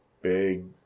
big